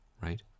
right